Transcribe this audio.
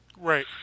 Right